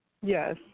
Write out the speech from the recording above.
Yes